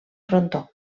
frontó